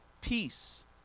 Peace